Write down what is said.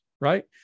right